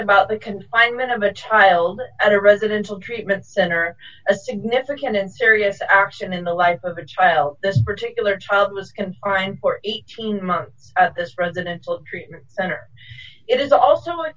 about the confinement of a child at a residential treatment center a significant and serious action in the life of a child this particular child was confined for eighteen months at this residential treatment center it is also a